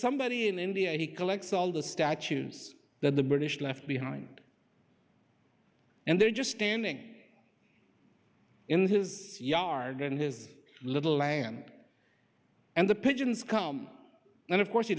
somebody in india he collects all the statues that the british left behind and they're just standing in his yard and his little land and the pigeons come and of course he